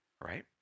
right